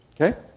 Okay